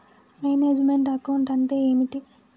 Manage meant account అంటే ఏమిటి?